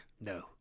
No